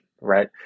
right